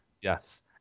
Yes